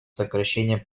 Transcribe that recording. сокращения